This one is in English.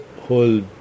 whole